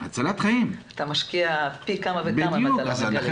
אתה משקיע פי כמה וכמה אם אתה לא מגלה את המחלה.